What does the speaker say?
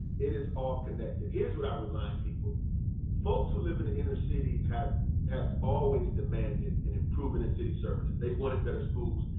it is all connected. here's what i remind people folks who live in inner cities have have always demanded an improvement in city services. they want better schools,